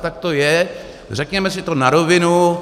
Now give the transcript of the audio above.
Tak to je, řekněme si to na rovinu.